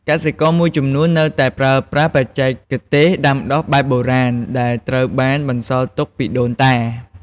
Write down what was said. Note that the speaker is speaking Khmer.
កសិករមួយចំនួននៅតែប្រើប្រាស់បច្ចេកទេសដាំដុះបែបបុរាណ ដែលត្រូវបានបន្សល់ទុកពីដូនតា។